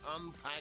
unpack